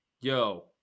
yo